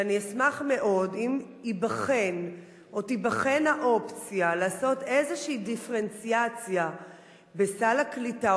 ואני אשמח מאוד אם תיבחן האופציה לעשות איזושהי דיפרנציאציה בסל הקליטה,